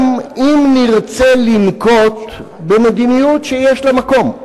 גם אם נרצה לנקוט מדיניות שיש לה מקום,